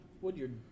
Woodyard